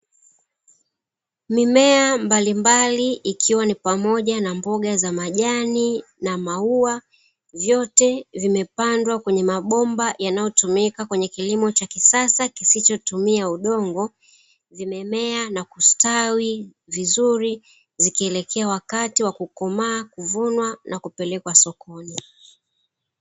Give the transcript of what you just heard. Mimea mbalimbali ikiwa ni pamoja na mboga za majani, na maua vyote vimepandwa kwenye mabomba yanayotumika kwenye kilimo cha kisasa kisichotumia udongo, zimemea na kustawi vizuri zikielekea wakati wa kukomaa, kuvunwa na kupelekwa sokoni.